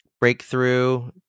breakthrough